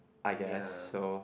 I guess so